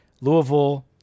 Louisville